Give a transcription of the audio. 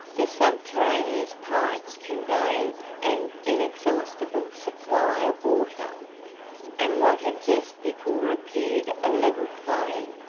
the subterraneous pipes conveyed an inexhaustible supply of water and what had just before appeared a level plain,